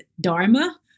Dharma